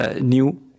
new